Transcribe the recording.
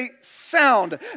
sound